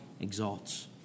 exalts